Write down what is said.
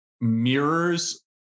mirrors